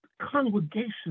congregation